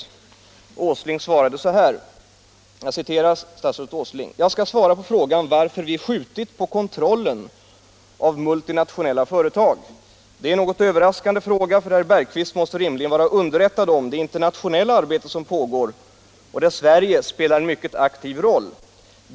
Statsrådet Åsling svarade så här: ”Jag skall svara på frågan varför vi skjutit på kontrollen av multinationella företag. Det är en något överraskande fråga, för herr Bergqvist måste rimligen vara underrättad om det internationella arbete som pågår och där Sverige spelar en mycket aktiv roll.